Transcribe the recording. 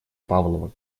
павлова